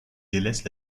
délaisse